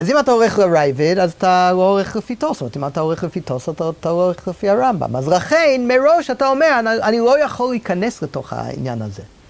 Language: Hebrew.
‫אז אם אתה עורך לרייביד, ‫אז אתה לא עורך לפי טוסו. ‫זאת אומרת, אם אתה עורך לפי טוסו, ‫אתה לא עורך לפי הרמב״ם. ‫אז לכן, מראש, אתה אומר, ‫אני לא יכול להיכנס לתוך העניין הזה.